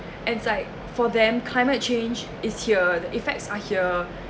and is like for them climate change is here the effects are here